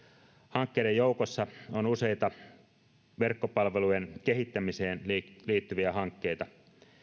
hankkeiden joukossa on useita verkkopalvelujen kehittämiseen liittyviä hankkeita